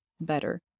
better